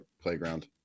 playground